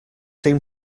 seem